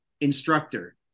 instructor